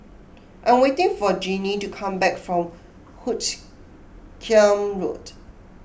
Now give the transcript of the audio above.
I am waiting for Jeannie to come back from Hoot Kiam Road